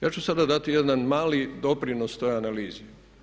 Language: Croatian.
Ja ću sada dati jedan mali doprinos toj analizi.